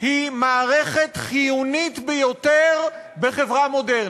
היא מערכת חיונית ביותר בחברה מודרנית.